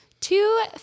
two